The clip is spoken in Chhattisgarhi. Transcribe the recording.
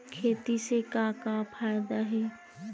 खेती से का का फ़ायदा हे?